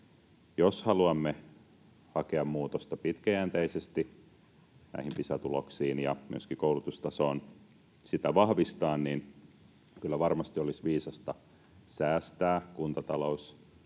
Jos haluamme hakea muutosta pitkäjänteisesti näihin Pisa-tuloksiin ja myöskin koulutustasoon, sitä vahvistaa, niin kyllä varmasti olisi viisasta säästää kuntatalous kohtuuttomilta